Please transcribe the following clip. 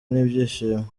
n’ibyishimo